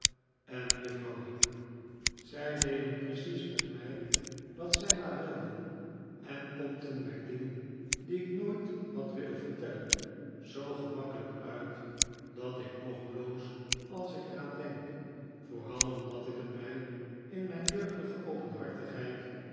en juffrouw heep zij deden precies met mij wat zij maar wilden en pompten mij dingen die ik nooit had willen vertellen zoo gemakkelijk uit dat ik nog bloos als ik er aan denk vooral omdat ik het mij in mijn jeugdige openhartigheid